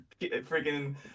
Freaking